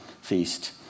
feast